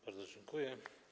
Bardzo dziękuję.